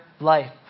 life